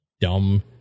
dumb